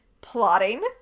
plotting